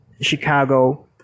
Chicago